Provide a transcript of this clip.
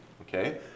okay